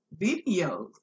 videos